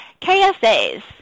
KSAs